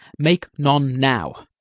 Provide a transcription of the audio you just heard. make none now.